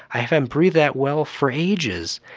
i haven't breathed that well for ages.